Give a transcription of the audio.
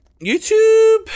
YouTube